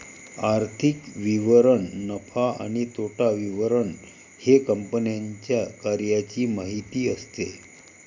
आर्थिक विवरण नफा आणि तोटा विवरण हे कंपन्यांच्या कार्याची माहिती असते